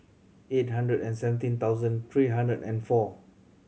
eight hundred and seventeen thousand three hundred and four